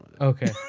Okay